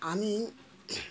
আমি